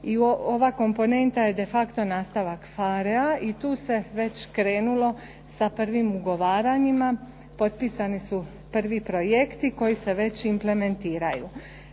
ova komponenta je de facto nastala k PHARE-a i tu se već krenulo sa prvim ugovaranjima. Potpisani su prvi projekti koji se već implementiraju.